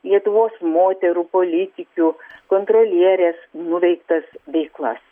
lietuvos moterų politikių kontrolierės nuveiktas veiklas